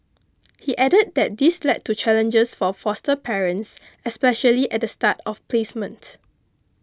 he added that this led to challenges for foster parents especially at the start of placement